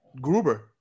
Gruber